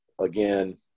Again